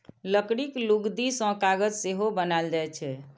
लकड़ीक लुगदी सं कागज सेहो बनाएल जाइ छै